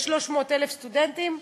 יש 300,000 סטודנטים,